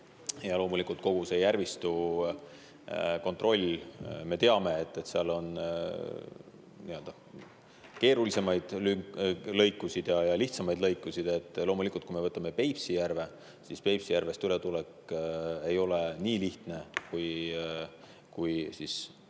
ja loomulikult kogu seda järvistut. Me teame, et seal on keerulisemaid lõike ja lihtsamaid lõike. Loomulikult, kui me võtame Peipsi järve, siis Peipsi järvest ületulek ei ole nii lihtne kui